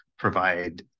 provide